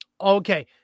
Okay